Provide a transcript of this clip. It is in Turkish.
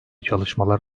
çalışmalar